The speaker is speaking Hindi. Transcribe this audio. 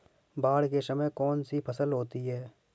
बाढ़ के समय में कौन सी फसल होती है?